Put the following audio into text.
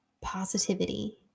positivity